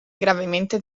gravemente